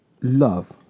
love